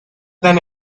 than